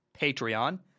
Patreon